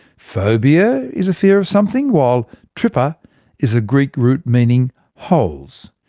phobia is a fear of something, while trypa is a greek root meaning holes.